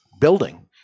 building